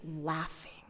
laughing